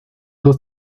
dos